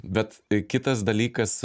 bet kitas dalykas